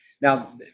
now